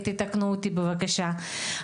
תתקנו אותי בבקשה.